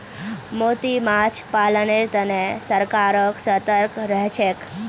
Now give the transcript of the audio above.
मोती माछ पालनेर तने सरकारो सतर्क रहछेक